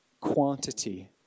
quantity